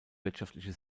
wirtschaftliche